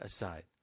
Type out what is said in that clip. aside